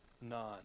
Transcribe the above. none